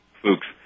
Fuchs